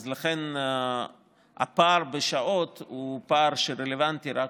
אז לכן הפער בשעות הוא פער שרלוונטי רק